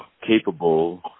capable